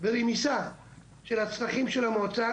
ורמיסה צרכי המועצה.